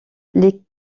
les